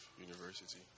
University